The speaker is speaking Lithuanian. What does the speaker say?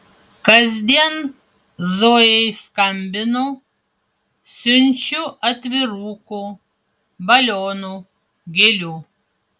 kasdien zojai skambinu siunčiu atvirukų balionų gėlių